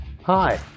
Hi